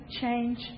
change